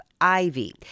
Ivy